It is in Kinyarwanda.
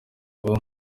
abo